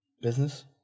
Business